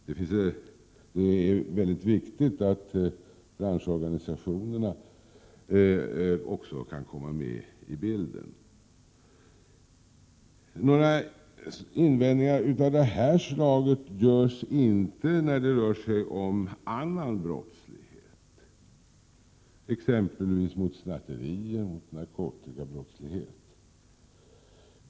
Det är mycket viktigt att branschorganisationerna också kan komma med i bilden. Några invändningar av det här slaget görs inte när det rör sig om annan brottslighet, t.ex. snatterier och narkotikabrottslighet.